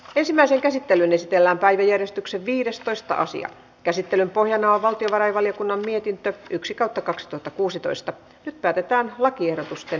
ensimmäiseen käsittelyyn esitellään päiväjärjestyksen viidestätoista asian käsittelyn pohjana valtiovarainvaliokunnan mietintö yksi kattakaksituhattakuusitoista käytetään lakiehdotusten